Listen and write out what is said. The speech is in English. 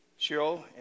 Cheryl